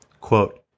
Quote